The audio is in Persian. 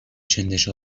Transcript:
چندش